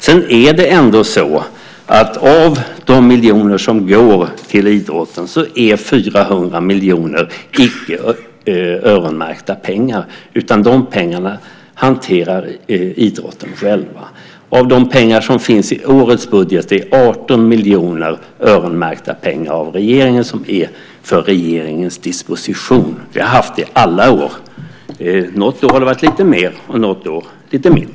Det är ändå så att av de miljoner som går till idrotten är 400 miljoner icke öronmärkta pengar. De pengarna hanterar idrotten själva. Av de pengar som finns i årets budget är 18 miljoner öronmärkta av regeringen som är för regeringens disposition. Vi har haft det alla år. Något år har det varit lite mer och något år lite mindre.